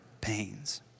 pains